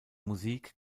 musik